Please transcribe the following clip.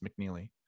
McNeely